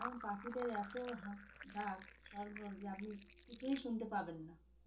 কারণ পাখিদের এত ডাক সরগল যে আপনি কিছুই শুনতে পাবেন না